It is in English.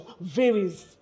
varies